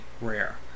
rare